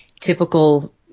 Typical